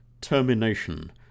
termination